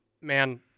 man